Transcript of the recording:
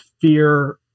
fear